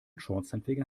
schornsteinfeger